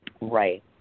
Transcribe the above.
Right